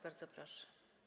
Bardzo proszę.